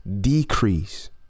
decrease